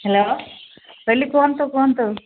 hello Billy କୁହନ୍ତୁ କୁହନ୍ତୁ